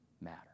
matter